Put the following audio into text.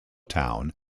town